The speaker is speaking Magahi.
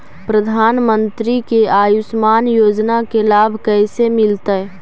प्रधानमंत्री के आयुषमान योजना के लाभ कैसे मिलतै?